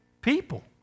people